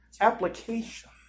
application